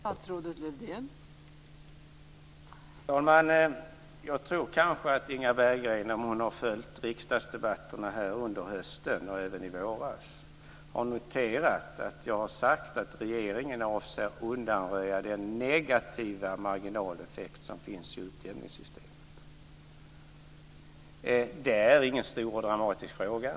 Fru talman! Jag tror kanske att Inga Berggren, om hon har följt riksdagsdebatterna under hösten och även i våras, har noterat att jag har sagt att regeringen avser undanröja den negativa marginaleffekt som finns i utjämningssystemet. Det är ingen stor och dramatisk fråga.